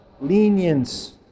lenience